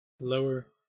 Lower